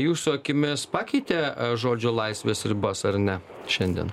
jūsų akimis pakeitė a žodžio laisvės ribas ar ne šiandien